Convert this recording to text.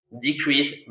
decrease